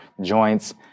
joints